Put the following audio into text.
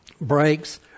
breaks